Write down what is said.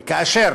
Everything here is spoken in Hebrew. וכאשר